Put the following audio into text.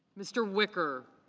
mr. wicker.